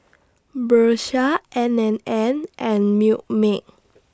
Bershka N and N and Milkmaid